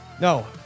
No